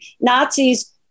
Nazis